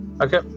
Okay